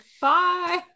Bye